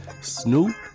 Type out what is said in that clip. snoop